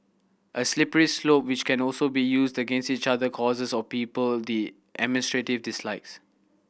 a slippery slope which can also be used against each other causes or people the administrative dislikes